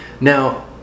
Now